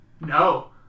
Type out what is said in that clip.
No